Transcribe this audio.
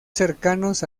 cercanos